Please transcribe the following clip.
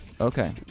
Okay